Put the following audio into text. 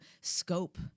scope